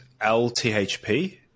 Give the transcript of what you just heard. lthp